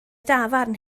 dafarn